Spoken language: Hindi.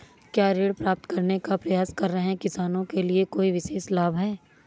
क्या ऋण प्राप्त करने का प्रयास कर रहे किसानों के लिए कोई विशेष लाभ हैं?